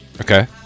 Okay